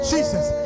Jesus